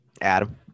Adam